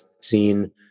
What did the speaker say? seen